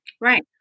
Right